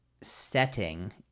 setting